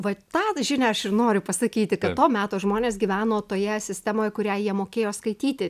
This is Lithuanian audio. vat tą žinią aš ir noriu pasakyti to meto žmonės gyveno toje sistemoje kurią jie mokėjo skaityti